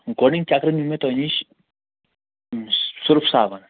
گۄڈنِکۍ چکرن نیٛوٗ مےٚ تۄہہِ نِش سٔرف صابن